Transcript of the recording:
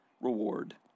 reward